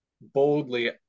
boldly